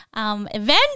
Event